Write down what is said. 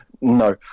No